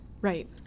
Right